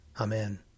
Amen